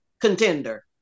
contender